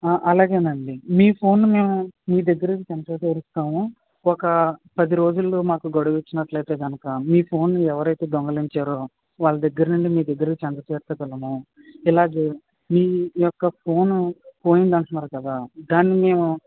అలాగే అండి మీ ఫోన్ని మేము మీ దగ్గరికి చెంత చేరుస్తాము ఒక పది రోజులు మాకు గడువు ఇచ్చినట్లయితే కనుక మీ ఫోను ఎవరు అయితే దొంగలించారో వాళ్ళ దగ్గర నుండి మీ దగ్గరకి చెంత చేర్చగలము ఇలాగే మీ యొక్క ఫోను పోయింది అంటున్నారు కదా దాన్ని మేము